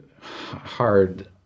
hard